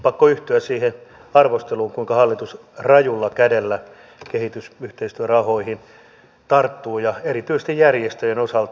pakko yhtyä siihen arvosteluun kuinka hallitus rajulla kädellä kehitysyhteistyörahoihin tarttuu ja erityisesti järjestöjen osalta